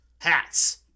Hats